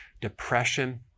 depression